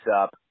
up